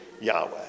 Yahweh